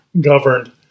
governed